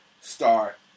start